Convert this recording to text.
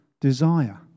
desire